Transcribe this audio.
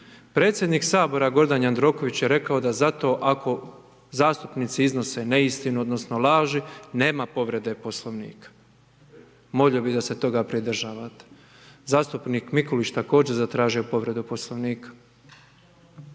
predsjednik Sabora Gordan Jandroković je rekao da zato ako zastupnici iznose neistinu odnosno laži, nema povrede Poslovnika, molio bi da se toga pridržavate. Zastupnik Mikulić, također zatražio povredu Poslovnika.